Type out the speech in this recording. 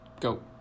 Go